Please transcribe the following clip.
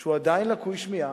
שהוא עדיין לקוי שמיעה,